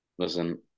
Listen